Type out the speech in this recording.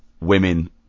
women